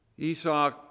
Esau